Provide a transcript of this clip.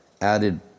added